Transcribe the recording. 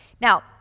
Now